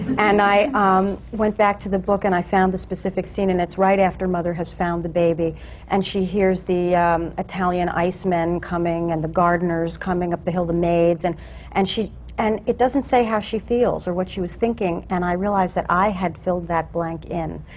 and i um went back to the book and i found the specific scene, and it's right after mother has found the baby and she hears the italian ice man coming and the gardeners coming up the hill, the maids. and and it doesn't say how she feels or what she was thinking. and i realized that i had filled that blank in,